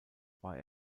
war